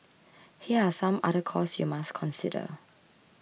here are some other costs you must consider